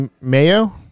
Mayo